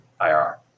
IR